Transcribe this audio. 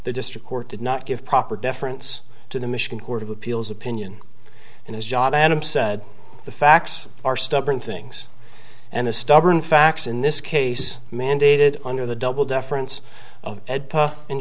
the district court did not give proper deference to the michigan court of appeals opinion and his job and him said the facts are stubborn things and the stubborn facts in this case mandated under the double deference